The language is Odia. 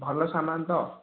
ଭଲ ସାମାନ ତ